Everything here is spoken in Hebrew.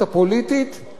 מהשאלות